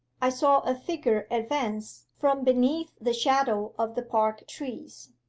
i saw a figure advance from beneath the shadow of the park trees.